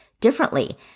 differently